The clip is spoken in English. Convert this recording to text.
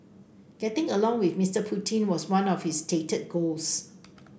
getting along with Mister Putin was one of his stated goals